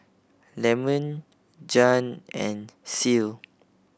Lemon Jann and Ceil